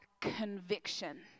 conviction